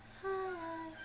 hi